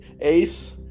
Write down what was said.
Ace